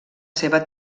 seva